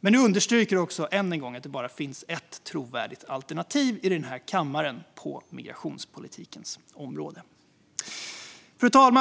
men det understryker också än en gång att det bara finns ett trovärdigt alternativ i kammaren på migrationspolitikens område. Fru talman!